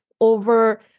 Over